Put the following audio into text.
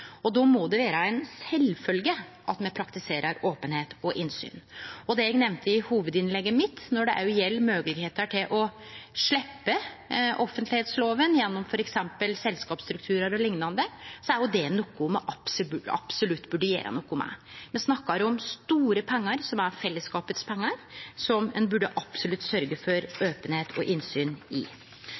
Då må det vere sjølvsagt at me praktiserer openheit og innsyn. Det eg nemnde i hovudinnlegget mitt om moglegheitene for å sleppe offentleglova gjennom f.eks. selskapsstrukturar o.l., er noko me absolutt burde gjere noko med. Me snakkar om store pengar som er pengane til fellesskapet, og som ein absolutt burde sørgje for openheit om og innsyn i.